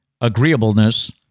agreeableness